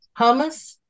hummus